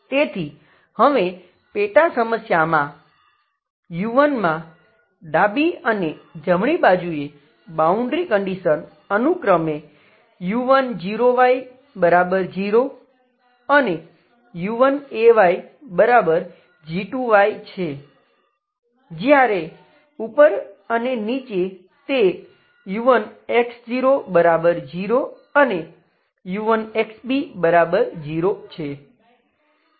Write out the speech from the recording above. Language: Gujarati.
તેથી હવે પેટા સમસ્યામાં u1 માં ડાબી અને જમણી બાજુએ બાઉન્ડ્રી કંડિશન અનુક્રમે u10y0 અને u1ayg2 છે જ્યારે ઉપર અને નીચે તે u1x00 અને u1xb0 છે